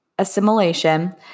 Assimilation